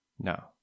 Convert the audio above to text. no